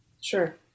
sure